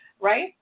Right